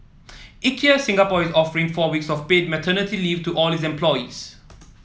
Ikea Singapore is offering four weeks of paid paternity leave to all its employees